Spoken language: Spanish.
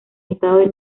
estado